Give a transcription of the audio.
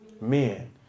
Men